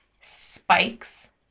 spikes